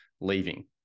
leaving